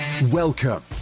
Welcome